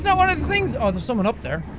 so one of the things? oh, there's someone up there